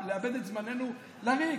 ולאבד את זמננו לריק.